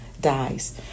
dies